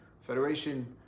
Federation